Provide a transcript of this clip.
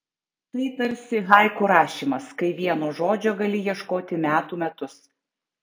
tai tarsi haiku rašymas kai vieno žodžio gali ieškoti metų metus